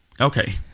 Okay